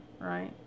Right